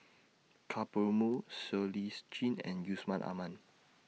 Ka Perumal Siow Lee Chin and Yusman Aman